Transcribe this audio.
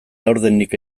laurdenik